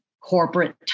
corporate